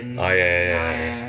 ah ya ya ya ya